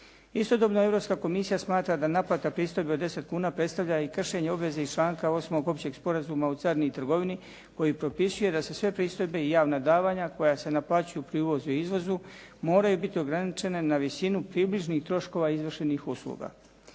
Istodobno Europska komisija smatra da naplata pristojbe od 10 kuna predstavlja i kršenje obveze iz članka 8. Općeg sporazuma o carini i trgovini koji propisuje da se sve pristojbe i javna davanja koja se naplaćuju pri uvozu i izvozu moraju biti ograničene na visinu približnih troškova izvršenih usluga.